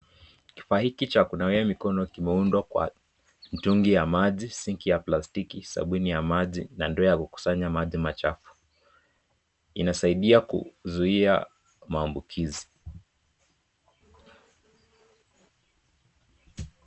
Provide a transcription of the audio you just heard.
Kifaa hiki ni cha kunawa mikono kimeundwa na mtungi ya maji singi ya plastiki, na ndoo ya kukusanya maji chafu, inasaidia kuzuia mambukizi.